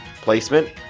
placement